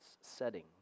setting